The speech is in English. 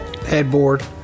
headboard